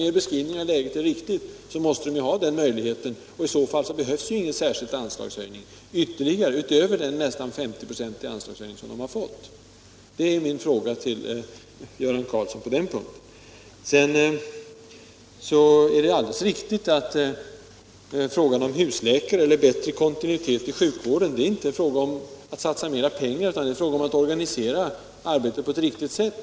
Om er beskrivning av läget är riktig, måste man ju ha denna möjlighet, och i så fall behövs ingen särskild anslagshöjning utöver den nästan 50-procentiga anslagshöjning som man har fått. Det är vidare alldeles riktigt att frågan om husläkare eller bättre kontinuitet i sjukvården inte i första hand är en fråga om pengar utan om att organisera verksamheten på ett riktigt sätt.